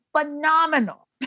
phenomenal